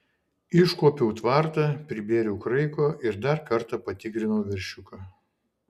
iškuopiau tvartą pribėriau kraiko ir dar kartą patikrinau veršiuką